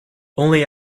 only